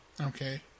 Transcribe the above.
Okay